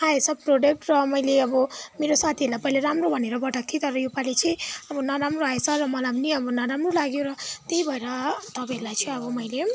आएछ प्रडक्ट र मैले अब मेरो साथीहरूलाई पहिला राम्रो भनेर पठाएको थिएँ तर यो पाली चाहिँ अब नराम्रो आएछ र मलाई पनि अब नराम्रो लाग्यो र त्यही भएर तपाईँहरूलाई चाहिँ अब मैले